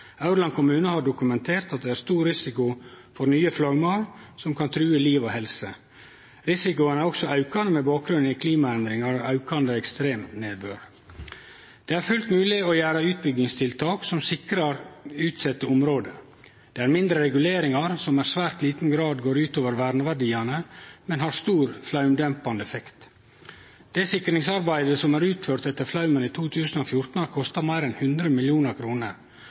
Aurland kommune har dokumentert at det er stor risiko for nye flaumar som kan true liv og helse. Risikoen er også aukande med bakgrunn i klimaendringar og aukande ekstremnedbør. Det er fullt mogleg å gjere utbyggingstiltak som sikrar utsette område. Det er mindre reguleringar, som i svært liten grad går ut over verneverdiane, men som har stor flaumdempande effekt. Det sikringsarbeidet som er utført etter flaumen i 2014, har kosta meir enn 100